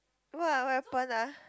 !wah! what happened ah